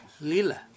Lila